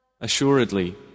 Assuredly